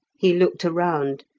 he looked around,